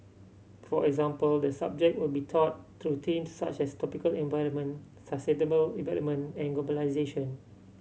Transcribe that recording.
for example the subject will be taught through themes such as tropical environment sustainable development and globalisation